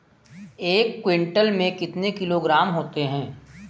एक क्विंटल में कितने किलोग्राम होते हैं?